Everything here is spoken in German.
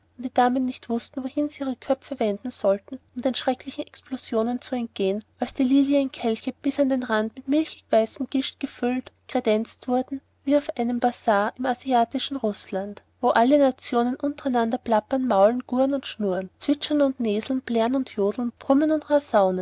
die damen nicht wußten wohin sie ihre köpfe wenden sollten um den schrecklichen explosionen zu entgehen als die lilienkelche bis an den rand mit milchweißem gischt gefüllt kredenzt würden wie auf einem basar im asiatischen rußland wo alle nationen untereinander plappern und maulen gurren und schnurren zwitschern und näseln plärren und jodeln brummen und